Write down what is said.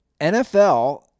NFL